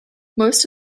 most